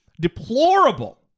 deplorable